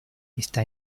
esta